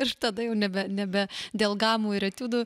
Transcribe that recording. ir tada jau nebe nebe dėl gamų ir etiudų